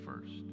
first